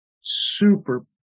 super